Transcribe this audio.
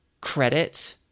credit